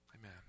amen